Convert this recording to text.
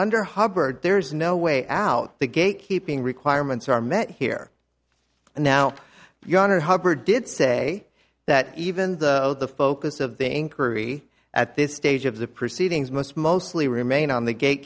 under hubbard there's no way out the gate keeping requirements are met here and now your honor hubbard did say that even though the focus of the inquiry at this stage of the proceedings must mostly remain on the gate